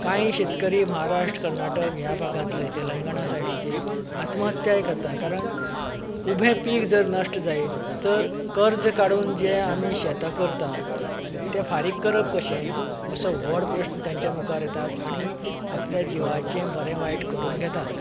काय शेतकरी महाराष्ट कर्नाटक ह्या भागांतले तेलंगना सायडीचे आत्महत्याय करता कारण उबे पीक जर नश्ट जायत तर कर्ज काडून आमी जे शेतां करतात तें फारीक करप कशें असो व्हड प्रश्न तेंचे मुखार येता आनी आपल्या जिवाचे बरे वायट करून घेतात